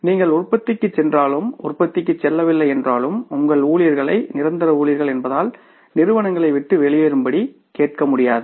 நீங்கள் உற்பத்திக்குச் சென்றாலும் உற்பத்திக்குச் செல்லவில்லை என்றாலும் உங்கள் ஊழியர்களை நிரந்தர ஊழியர்கள் என்பதால் நிறுவனங்களை விட்டு வெளியேறும்படி கேட்க முடியாது